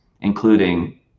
including